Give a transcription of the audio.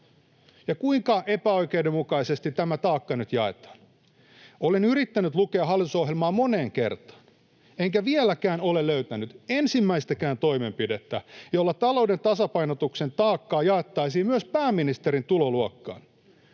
Kuinka epäoikeudenmukaisesti tämä taakka nyt jaetaan? Olen yrittänyt lukea hallitusohjelman moneen kertaan enkä ole vieläkään löytänyt ensimmäistäkään toimenpidettä, jolla talouden tasapainotuksen taakkaa jaettaisiin myös pääministerin tuloluokkaan.